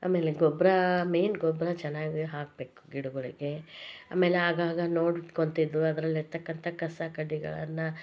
ಆಮೇಲೆ ಗೊಬ್ಬರ ಮೇನ್ ಗೊಬ್ಬರ ಚೆನ್ನಾಗಿ ಹಾಕಬೇಕು ಗಿಡಗಳಿಗೆ ಆಮೇಲೆ ಆಗಾಗ ನೋಡ್ಕೊಂತಿದ್ದು ಅದ್ರಲ್ಲಿ ಇರ್ತಕಂಥ ಕಸ ಕಡ್ಡಿಗಳನ್ನು